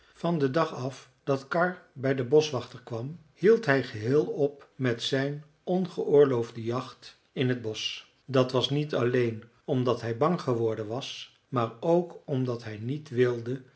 van den dag af dat karr bij den boschwachter kwam hield hij geheel op met zijn ongeoorloofde jacht in het bosch dat was niet alleen omdat hij bang geworden was maar ook omdat hij niet wilde